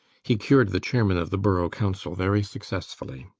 he cured the chairman of the borough council very successfully.